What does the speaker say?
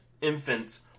infants